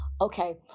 okay